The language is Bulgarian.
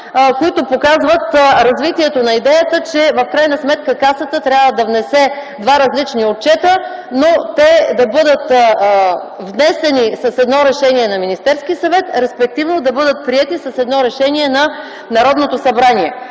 които показват развитието на идеята, че в крайна сметка Касата трябва да внесе два различни отчета, но те да бъдат внесени с едно Решение на Министерския съвет, респективно да бъдат приети с едно Решение на Народното събрание.